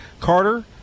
Carter